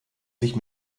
sich